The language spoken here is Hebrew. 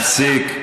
תפסיק.